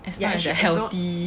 as long as healthy